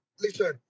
listen